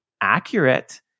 accurate